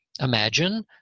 imagine